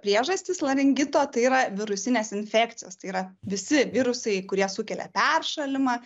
priežastys laringito tai yra virusinės infekcijos tai yra visi virusai kurie sukelia peršalimą